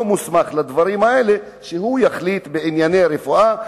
מוסמך לדברים האלה יחליט בענייני רפואה?